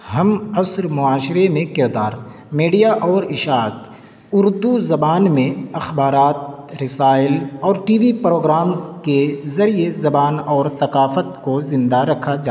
ہمعصر معاشرے میں کردار میڈیا اور اشاعت اردو زبان میں اخبارات رسائل اور ٹی وی پروگرامز کے ذریعے زبان اور ثقافت کو زندہ رکھا جا